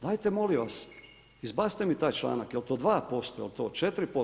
Dajte molim vas, izbacite mi taj članak, jel 'to 2%, jel' to 4%